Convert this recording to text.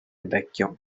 vecchio